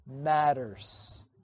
matters